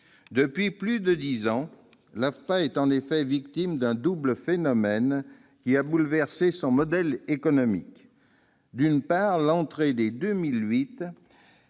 Depuis plus de dix ans, l'AFPA est en effet victime d'un double phénomène qui a bouleversé son modèle économique : d'une part, l'entrée dès 2008